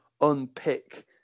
unpick